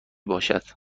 باشد